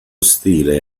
stile